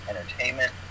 entertainment